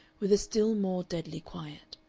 with a still more deadly quiet